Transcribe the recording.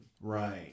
Right